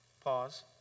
Pause